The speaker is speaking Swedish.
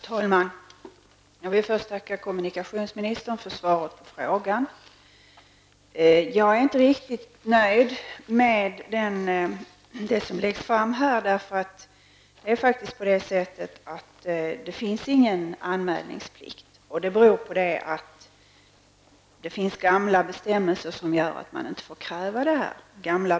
Herr talman! Jag vill först tacka kommunikationsministern för svaret på frågan. Jag är inte riktigt nöjd med det som läggs fram här. Det finns ingen anmälningsplikt, och det beror på gamla bestämmelser som gör att man inte får kräva det.